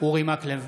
אורי מקלב,